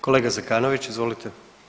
Kolega Zekanović, izvolite.